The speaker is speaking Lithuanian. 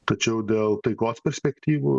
tačiau dėl taikos perspektyvų